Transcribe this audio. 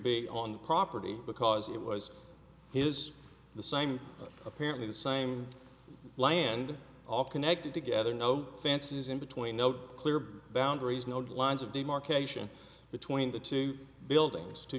be on the property because it was his the same apparently the same land all connected together no fences in between no clear boundaries node lines of demarcation between the two buildings t